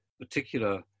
particular